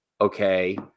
okay